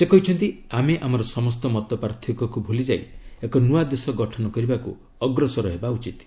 ସେ କହିଛନ୍ତି ଆମେ ଆମର ସମସ୍ତ ମତପାର୍ଥକ୍ୟକୁ ଭୁଲିଯାଇ ଏକ ନ୍ନଆ ଦେଶ ଗଠନ କରିବାକୁ ଅଗ୍ରସର ହେବା ଉଚିତ୍